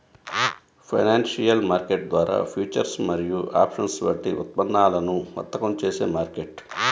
financial market ద్వారా futures మరియు options వంటి ఉత్పన్నాలను వర్తకం చేసే మార్కెట్